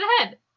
ahead